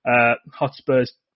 Hotspurs